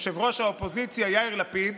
ראש האופוזיציה יאיר לפיד,